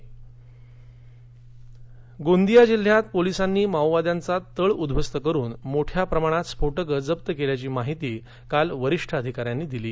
नक्षल कारवाई गोंदिया जिल्ह्यात पोलिसांनी माओवाद्यांचा तळ उद्ध्वस्त करुन मोठ्या प्रमाणात स्फोटकं जप्त केल्याची माहिती काल वरिष्ठ अधिकाऱ्यांनी दिली